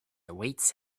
awaits